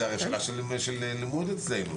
זו הרי שאלה של לימוד אצלנו.